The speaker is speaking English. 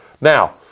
now